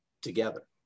together